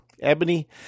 Ebony